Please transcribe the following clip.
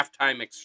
Halftime